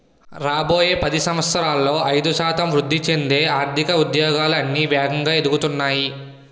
రాబోయే పది సంవత్సరాలలో ఐదు శాతం వృద్ధి చెందే ఆర్థిక ఉద్యోగాలు అన్నీ వేగంగా ఎదుగుతున్నాయి